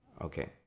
Okay